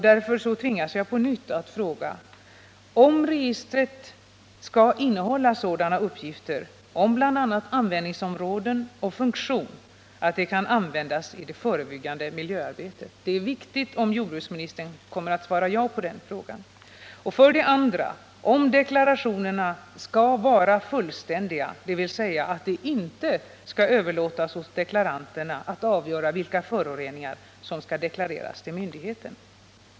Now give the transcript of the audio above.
Därför tvingas jag på nytt att fråga om registret skall innehålla sådana uppgifter om bl.a. användningsområden och funktion att det kan användas i det förebyggande miljöarbetet — det är viktigt att jordbruksministern svarar ja på den frågan —, vidare om deklarationerna skall vara fullständiga, dvs. att det inte skall överlåtas åt deklaranterna att avgöra vilka föroreningar som skall deklareras till myndigheten.